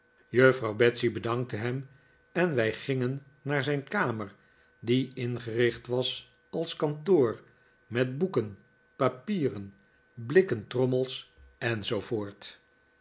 juffrouw betsey bedankte hem en wij gingen naar zijn kamer die ingericht was als kantoor met boeken papieren blikken trommels